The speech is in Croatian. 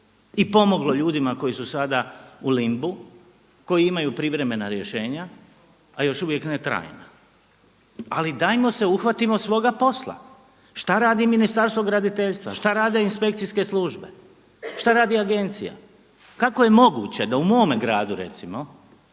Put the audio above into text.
i pomoglo ljudima koji su sada u limbu, koji imaju privremena rješenja ali još uvijek ne trajna. Ali dajmo se uhvatimo svoga posla. Šta radi Ministarstvo graditeljstva? Šta rade inspekcijske službe? Šta radi agencija? Kako je moguće da u mome gradu recimo